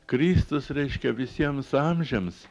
kristus reiškia visiems amžiams